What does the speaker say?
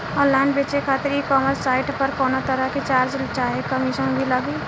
Online बेचे खातिर e commerce site पर कौनोतरह के चार्ज चाहे कमीशन भी लागी?